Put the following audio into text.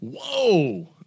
Whoa